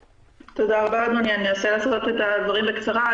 אדוני, אנסה לומר את הדברים בקצרה.